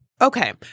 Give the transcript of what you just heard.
okay